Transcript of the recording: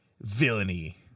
villainy